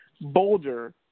boulder